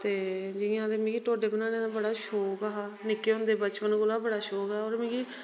ते जियां ते मिगी ढोडे बनाने दा बडा शौक हा निक्के होंदे बचपन कोला बड़ा शौक हा और मिगी